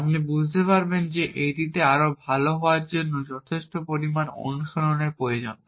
আপনি বুঝতে পারবেন যে এটিতে আরও ভাল হওয়ার জন্য যথেষ্ট পরিমাণ অনুশীলনের প্রয়োজন